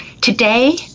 today